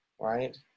right